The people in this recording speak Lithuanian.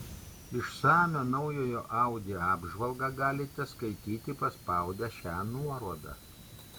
išsamią naujojo audi apžvalgą galite skaityti paspaudę šią nuorodą